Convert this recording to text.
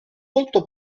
molto